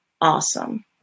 awesome